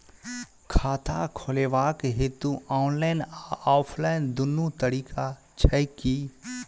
खाता खोलेबाक हेतु ऑनलाइन आ ऑफलाइन दुनू तरीका छै की?